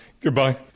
Goodbye